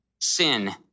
sin